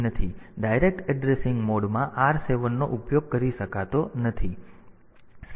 તેથી direct addressing મોડમાં R7 નો ઉપયોગ કરી શકાતો નથી